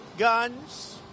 Guns